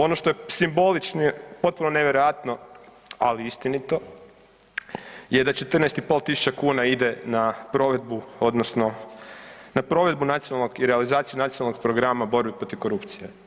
Ono što je simbolično, potpuno nevjerojatno ali istinito je da 14,5 tisuća kuna ide na provedbu odnosno na provedbu nacionalnog i realizaciju Nacionalnog programa borbe protiv korupcije.